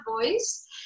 voice